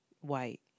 White